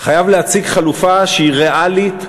חייב להציג חלופה שהיא ריאלית,